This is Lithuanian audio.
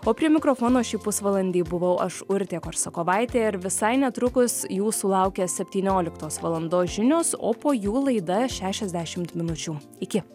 o prie mikrofono šį pusvalandį buvau aš urtė korsakovaitė ir visai netrukus jūsų laukia septynioliktos valandos žinios o po jų laida šešiasdešimt minučių iki